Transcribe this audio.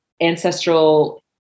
ancestral